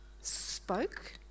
spoke